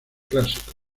clásicos